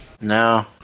No